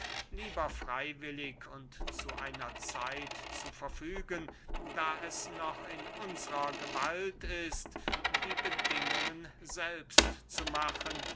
lieber freywillig und zu einer zeit zu verfügen da es noch in unsrer gewalt ist die bedingungen selbst zu machen